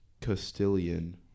Castilian